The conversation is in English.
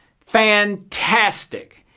fantastic